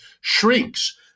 shrinks